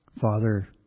Father